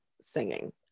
singing